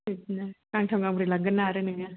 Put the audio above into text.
बिदिनो गांथाम गांब्रै लांगोन ना आरो नोङो